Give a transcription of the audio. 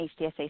HDSA